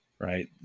right